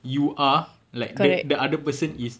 you are like the the other person is